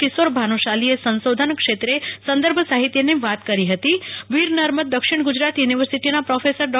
કિશોર ભાનુ શાલીએ સંશોધનક્ષેત્રે સંદર્ભ સાહિત્યની વાત કરી હતી અને વીર નર્મદ દક્ષિણ ગુજરાત યુનિવર્સિટીના પ્રા ડો